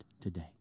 today